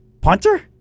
Punter